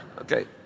Okay